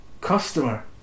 Customer